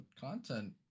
content